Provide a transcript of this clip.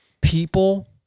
People